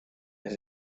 his